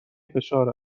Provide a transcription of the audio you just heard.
فشار